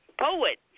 Poet